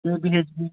KPHB